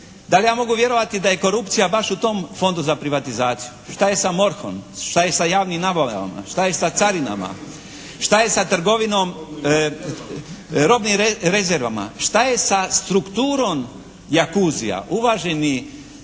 Da li ja mogu vjerovati da je korupcija baš u tom Fondu za privatizaciju? Šta je sa MORH-om? Šta je sa javnim nabavama? Šta je sa carinama? Šta je sa trgovinom, robnim rezervama? Šta je sa strukturom "Jakuzija". Uvaženi